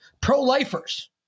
pro-lifers